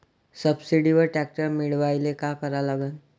सबसिडीवर ट्रॅक्टर मिळवायले का करा लागन?